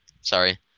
Sorry